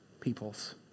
people's